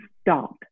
stop